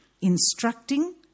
Instructing